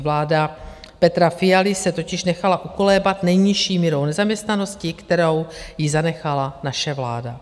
Vláda Petra Fialy se totiž nechala ukolébat nejnižší mírou nezaměstnanosti, kterou jí zanechala naše vláda.